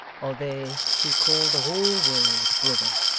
are they who call the whole world, brother.